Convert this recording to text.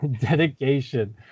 dedication